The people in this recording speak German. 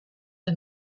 der